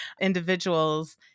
individuals